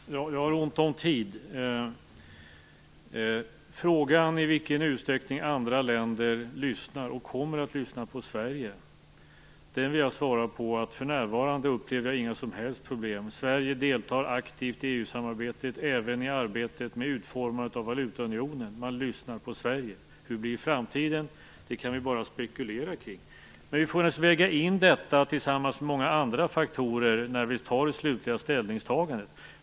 Herr talman! Jag har ont om tid. På frågan om i vilken utsträckning andra länder lyssnar och kommer att lyssna på Sverige vill jag svara att jag för närvarande inte upplever några som helst problem. Sverige deltar aktivt i EU-samarbetet och även i arbetet med utformandet av valutaunionen. Man lyssnar på Sverige. Hur det blir i framtiden kan vi bara spekulera kring. Vi får naturligtvis väga in detta tillsammans med många andra faktorer när vi gör det slutliga ställningstagandet.